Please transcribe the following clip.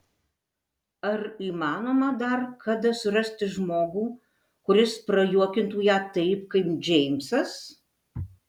ar įmanoma dar kada surasti žmogų kuris prajuokintų ją taip kaip džeimsas